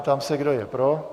Ptám se, kdo je pro.